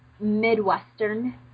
Midwestern